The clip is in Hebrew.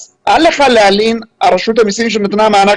אז אל לך להלין על רשות המסים שנתנה מענק